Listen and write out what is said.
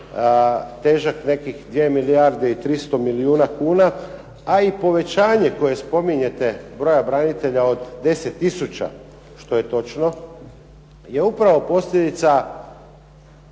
težak nekih 2 milijarde i 300 milijuna kuna, a i povećanje koje spominjete broja branitelja od 10 tisuća, što je točno je upravo posljedica